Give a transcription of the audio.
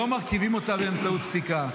לא מרכיבים אותה באמצעות פסיקה,